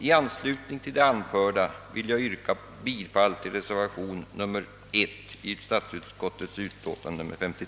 I anslutning till det anförda vill jag yrka bifall till reservatio